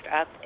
up